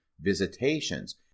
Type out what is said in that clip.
visitations